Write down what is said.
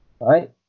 Right